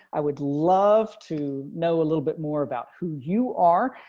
i would love to know a little bit more about who you are.